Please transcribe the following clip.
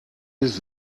his